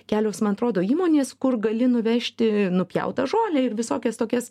kelios man atrodo įmonės kur gali nuvežti nupjautą žolę ir visokias tokias